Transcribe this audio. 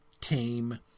tame